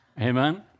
Amen